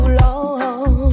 long